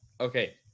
Okay